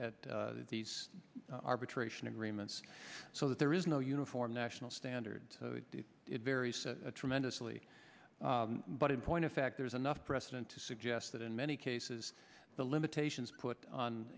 at these arbitration agreements so that there is no uniform national standard it varies tremendously but in point of fact there is enough precedent to suggest that in many cases the limitations put on